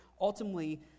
ultimately